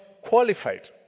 qualified